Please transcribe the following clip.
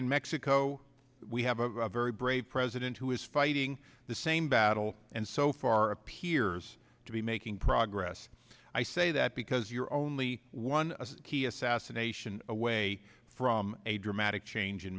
in mexico we have a very brave president who is fighting the same battle and so far appears to be making progress i say that because you're only one key assassination away from a dramatic change in